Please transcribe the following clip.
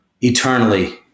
eternally